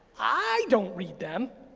i don't read them,